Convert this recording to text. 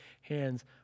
hands